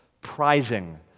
prizing